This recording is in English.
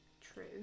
True